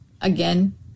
again